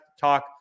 talk